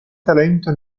talento